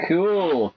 Cool